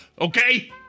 okay